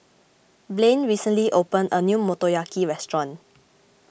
Blane recently opened a new Motoyaki restaurant